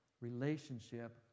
relationship